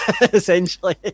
essentially